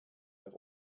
der